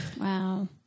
wow